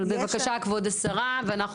אבל בבקשה כבוד השרה,